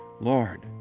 Lord